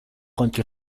contro